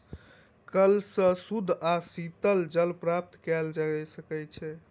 कअल सॅ शुद्ध आ शीतल जल प्राप्त कएल जा सकै छै